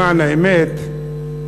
למען האמת,